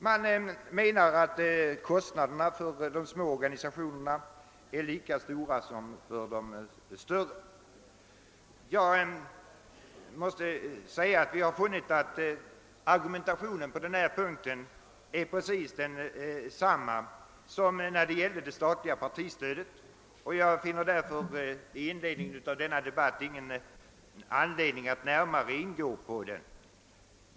Man menar att kostnaderna för de små partiorganisationerna är lika höga som för de större. Vi har funnit att argumentationen på denna punkt är precis densamma som när det gällde det statliga partistödet. Jag finner därför i inledningen av denna debatt ingen anledning att närmare gå in på den.